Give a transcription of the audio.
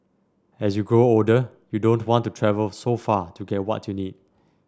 as you grow older you don't want to travel so far to get what you need